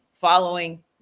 following